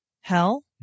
hell